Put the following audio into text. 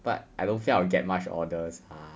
but I don't think I will get much orders lah